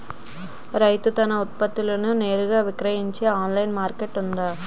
రైతులు తమ ఉత్పత్తులను నేరుగా విక్రయించే ఆన్లైన్ మార్కెట్ ఉందా?